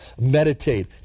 Meditate